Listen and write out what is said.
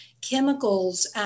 chemicals